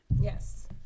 Yes